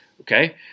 okay